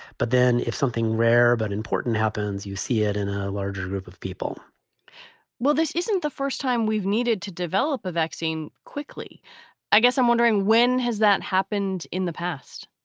but then if something rare but important happens, you see it in a larger group of people well, this isn't the first time we've needed to develop a vaccine quickly i guess i'm wondering, when has that happened in the past,